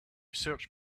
search